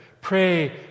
Pray